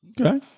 Okay